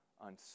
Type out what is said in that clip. on